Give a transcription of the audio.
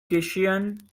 christian